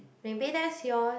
maybe that's your